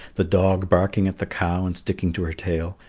the dog barking at the cow and sticking to her tail,